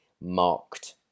marked